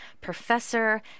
professor